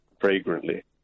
fragrantly